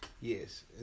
Yes